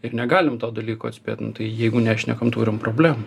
ir negalim to dalyko atspėt nu tai jeigu nešnekam turim problemų